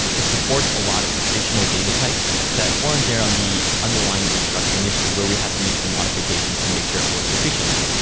it supports a lot of additional data types that weren't there on the underlying destruction initially where we have to make some modifications to make sure it works efficiently.